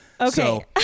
okay